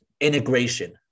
integration